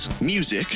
music